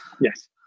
Yes